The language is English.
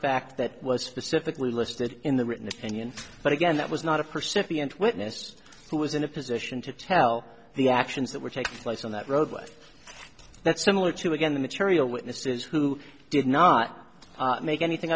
fact that was specifically listed in the written opinion but again that was not a percipient witness who was in a position to tell the actions that were taking place on that roadway that's similar to again the material witnesses who did not make anything